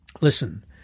Listen